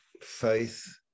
faith